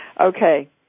Okay